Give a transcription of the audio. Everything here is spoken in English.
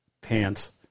pants